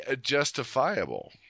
justifiable